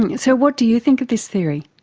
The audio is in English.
and so what do you think of this theory?